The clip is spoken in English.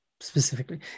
specifically